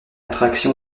traction